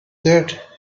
that